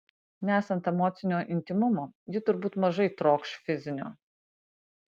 nesant emocinio intymumo ji turbūt mažai trokš fizinio